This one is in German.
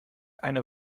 eine